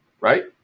Right